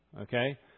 Okay